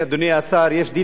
יש דין אחד לכולם,